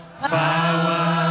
power